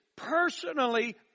Personally